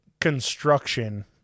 construction